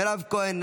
מירב כהן,